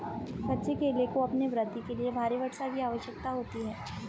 कच्चे केले को अपनी वृद्धि के लिए भारी वर्षा की आवश्यकता होती है